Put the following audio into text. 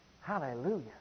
Hallelujah